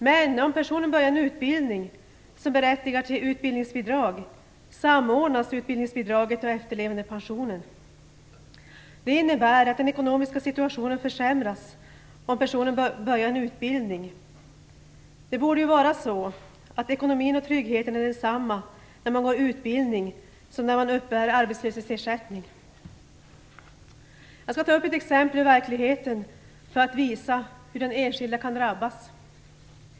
Men om personen påbörjar en utbildning som berättigar till utbildningsbidrag, samordnas utbildningsbidraget och efterlevandepensionen. Det innebär att den ekonomiska situationen försämras om personen påbörjar en utbildning. Både ekonomin och tryggheten borde vara densamma när man går en utbildning som när man uppbär arbetslöshetsersättning. Jag skall ta ett exempel från verkligheten för att visa hur den enskilde kan drabbas.